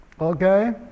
Okay